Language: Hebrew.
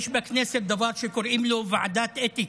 יש בכנסת דבר שקוראים לו ועדת אתיקה.